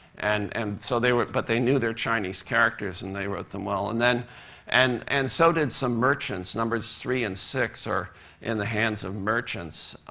and and so they but they knew their chinese characters, and they wrote them well. and then and and so did some merchants. numbers three and six are in the hands of merchants.